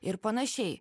ir panašiai